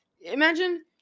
Imagine